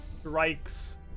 strikes